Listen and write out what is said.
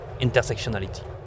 intersectionality